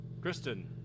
Kristen